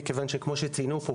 מכיוון שכמו שציינו פה,